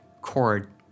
chord